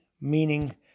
meaning